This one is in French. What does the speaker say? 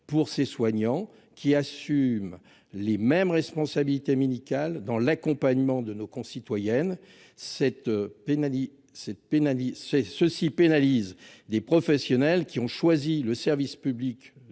pour ces soignants, qui assument les mêmes responsabilités médicales dans l'accompagnement de nos concitoyennes. Une telle situation pénalise des professionnels qui ont choisi le service public